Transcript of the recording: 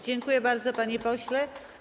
Dziękuję bardzo, panie pośle.